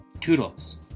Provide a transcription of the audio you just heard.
Toodles